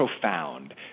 profound